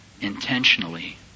intentionally